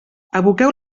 aboqueu